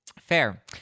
Fair